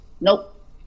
nope